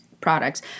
products